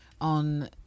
on